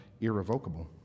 irrevocable